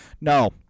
no